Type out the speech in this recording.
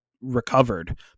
recovered